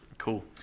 cool